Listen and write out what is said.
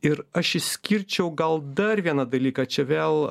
ir aš išskirčiau gal dar vieną dalyką čia vėl